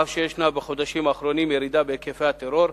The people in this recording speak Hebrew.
אף שיש בחודשים האחרונים ירידה בהיקפי הטרור,